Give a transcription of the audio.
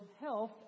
health